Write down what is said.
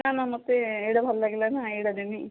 ନା ନା ମୋତେ ଏଇଟା ଭଲ ଲାଗିଲା ନା ଏଇଟା ନେମି